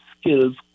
Skills